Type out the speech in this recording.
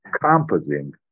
composing